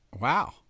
Wow